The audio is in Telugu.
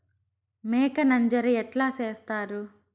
మేక నంజర ఎట్లా సేస్తారు?